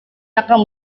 akan